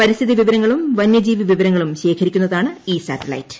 പരിസ്ഥിതി വിവരങ്ങളും വന്യജീവി വിവരങ്ങളും ശേഖീരിക്കുന്നതാണ് ഈ സാറ്റലൈറ്റ്